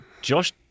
Josh